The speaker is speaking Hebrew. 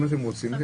אם אתם רוצים.